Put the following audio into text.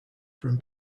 from